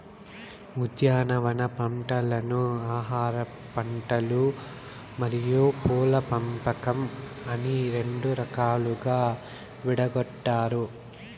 ఉద్యానవన పంటలను ఆహారపంటలు మరియు పూల పంపకం అని రెండు రకాలుగా విడగొట్టారు